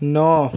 ନଅ